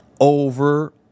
over